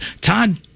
Todd